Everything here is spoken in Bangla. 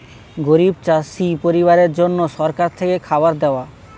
গরিব চাষি পরিবারের জন্য সরকার থেকে খাবার দেওয়া